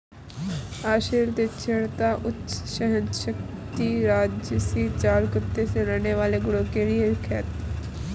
असील तीक्ष्णता, उच्च सहनशक्ति राजसी चाल कुत्ते से लड़ने वाले गुणों के लिए विख्यात है